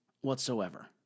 whatsoever